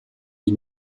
die